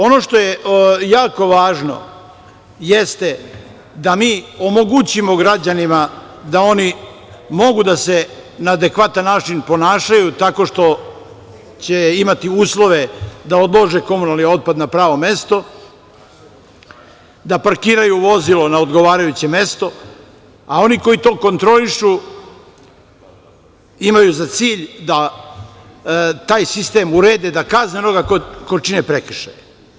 Ono što je jako važno jeste da mi omogućimo građanima da oni mogu da se na adekvatan način ponašaju, tako što će imati uslove da odlože komunalni otpad na pravo mesto, da parkiraju vozilo na odgovarajuće mesto, a oni koji to kontrolišu imaju za cilj da taj sistem urede, da kazne onoga ko čini prekršaj.